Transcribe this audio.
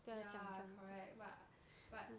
ya correct but but